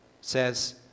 says